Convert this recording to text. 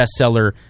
bestseller